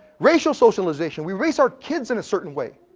racial socialization, we raise our kids in a certain way.